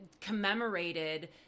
commemorated